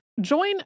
Join